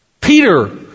Peter